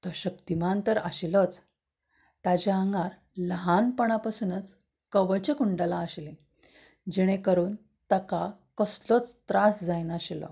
तो शक्तिमान तर आशिल्लोच ताज्या आंगांत ल्हानपणा पासूनच कवच कुंडलांं आशिल्लीं जेणें करून ताका कसलोच त्रास जायना आशिल्लो